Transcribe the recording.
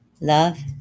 love